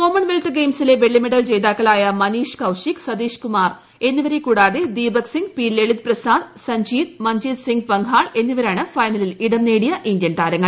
Commonwealth ഗെയിംസിലെ വെള്ളിമെഡൽ ജേതാക്കളായ മനീഷ് കൌശിക് സതീഷ്കുമാർ എന്നിവരെ കൂടാതെ ദീപക് സിംഗ് പി ലളിത പ്രസാദ് സഞ്ജീത് മഞ്ജീത് സിംഗ് പംഹാൾ എന്നിവരാണ് ഫൈനലിൽ ഇടം നേടിയ ഇന്ത്യൻ താരങ്ങൾ